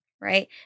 right